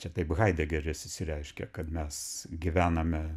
čia taip haidegeris išsireiškia kad mes gyvename